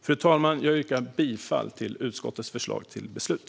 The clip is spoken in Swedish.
Fru talman! Jag yrkar bifall till utskottets förslag till beslut.